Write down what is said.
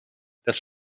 dass